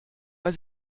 weil